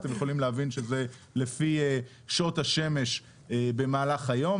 אתם יכולים להבין שזה לפי שעות השמש במהלך היום.